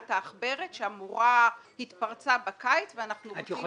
אני רואה שבשביל ההעברה הזו קיצצו כאן